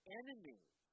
enemies